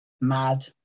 mad